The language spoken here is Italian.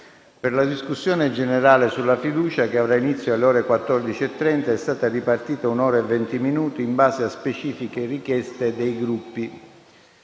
Per la discussione generale sulla fiducia, che avrà inizio alle ore 14,30, è stata ripartita un'ora e venti minuti in base a specifiche richieste dei Gruppi.